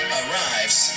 arrives